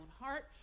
heart